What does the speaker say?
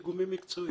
מקצועי.